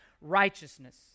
righteousness